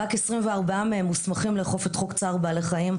רק 24 מהם מוסמכים לאכוף את חוק צער בעלי חיים.